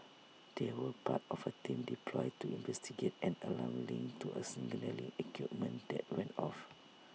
they were part of A team deployed to investigate an alarm linked to A signalling equipment that went off